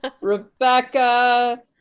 rebecca